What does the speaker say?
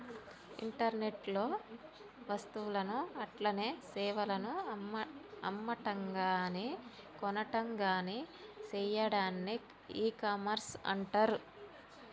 internet లో వస్తువులను అట్లనే సేవలను అమ్మటంగాని కొనటంగాని సెయ్యాడాన్ని ఇకామర్స్ అంటర్